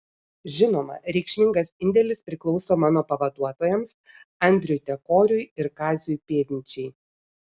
žinoma reikšmingas indėlis priklauso mano pavaduotojams andriui tekoriui ir kaziui pėdnyčiai